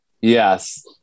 Yes